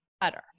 better